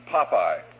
Popeye